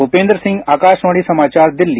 भूपेंद्र सिंह आकाशवाणी समाचार दिल्ली